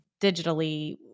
digitally